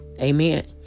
Amen